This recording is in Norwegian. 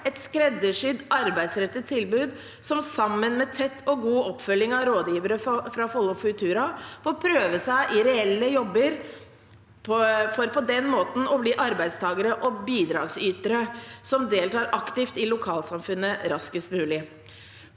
et skreddersydd arbeidsrettet tilbud der de, sammen med tett og god oppfølging av rådgivere fra Follo Futura, får prøve seg i reelle jobber for på den måten å bli arbeidstakere og bidragsytere som deltar aktivt i lokalsamfunnet raskest mulig.